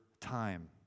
time